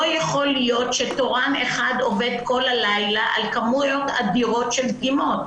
לא יכול להיות שתורן אחד עובד כל הלילה על כמויות אדירות של דגימות.